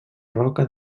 roca